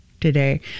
today